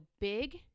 big